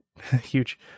Huge